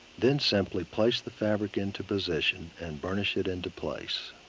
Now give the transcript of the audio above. then simply place the fabric into position and burnish it into place.